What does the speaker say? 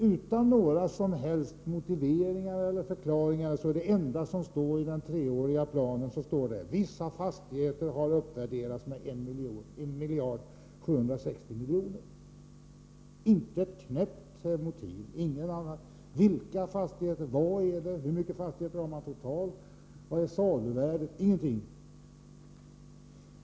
Utan några som helst motiveringar eller förklaringar är det enda som står i den treåriga planen att vissa fastigheter har uppvärderats med 1 760 miljoner. Inte ett knäpp om motiv, vilka fastigheter det gäller, hur många fastigheter man har totalt, saluvärdet — ingenting.